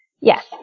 Yes